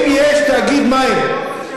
אם יש תאגיד מים,